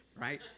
right